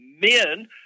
men